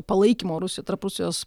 palaikymo rusijoj tarp rusijos